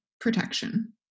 protection